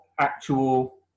actual